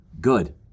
good